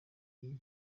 iyi